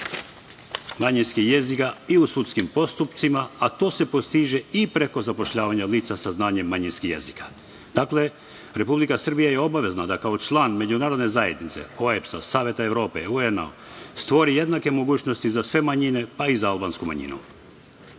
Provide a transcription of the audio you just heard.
manjinskih jezika i u sudskim postupcima, a to se postiže i preko zapošljavanja lica sa znanjem manjinskih jezika. Dakle, Republika Srbija je obavezna da kao član Međunarodne zajednice OEBS, Saveta Evrope, UN, stvori jednake mogućnosti za sve manjine, pa i za albansku manjinu.